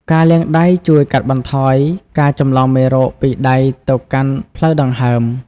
ការលាងដៃជួយកាត់បន្ថយការចម្លងមេរោគពីដៃទៅកាន់ផ្លូវដង្ហើម។